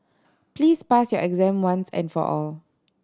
please pass your exam once and for all